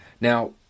Now